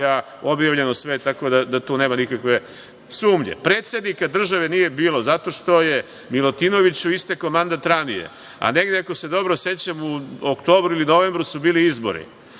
Objavljeno je sve. Tako da tu nema nikakve sumnje. Predsednika države nije bilo zato što je Milutinoviću istekao mandat ranije. Ako se dobro sećam, u oktobru ili novembru su bili izbori,